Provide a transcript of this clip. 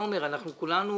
כולנו